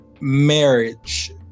marriage